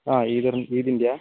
ആ ഈദിൻ്റെയാണോ